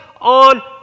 on